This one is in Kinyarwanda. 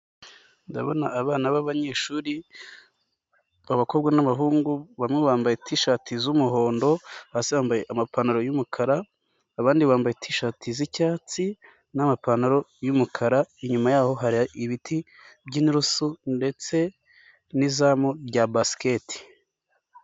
Abana babayeshuri harimo abakobwa n'abahungu bamwe bambaye amashati y'umuhondo hasi bambaye amapantaro yumukara abandi bambaye amashati y'icyatsi n'amapantaro yumukara inyuma yaho hari ibiti by'inusu ndetse n'izamu rya basiketi.